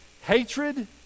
hatred